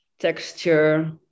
texture